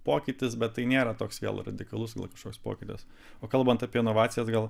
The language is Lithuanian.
pokytis bet tai nėra toks vėl radikalus na kažkoks pokytis o kalbant apie inovacijas gal